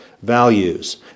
values